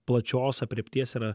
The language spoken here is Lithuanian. plačios aprėpties yra